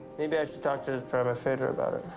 maybe i should talk to rabbi feder about it,